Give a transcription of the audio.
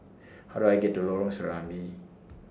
How Do I get to Lorong Serambi